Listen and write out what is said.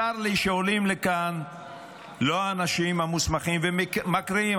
צר לי שעולים לכאן האנשים הלא-המוסמכים ומקריאים,